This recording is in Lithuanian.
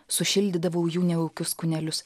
sušildydavau jų nejaukius kūnelius